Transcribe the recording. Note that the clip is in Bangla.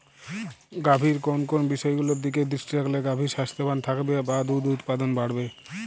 গাভীর কোন কোন বিষয়গুলোর দিকে দৃষ্টি রাখলে গাভী স্বাস্থ্যবান থাকবে বা দুধ উৎপাদন বাড়বে?